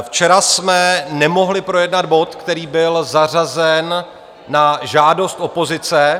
Včera jsme nemohli projednat bod, který byl zařazen na žádost opozice.